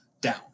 down